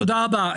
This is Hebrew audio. תודה רבה.